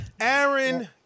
Aaron